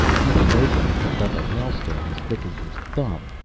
he bent over and picked up a hailstone as thick as his thumb.